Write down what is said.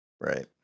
right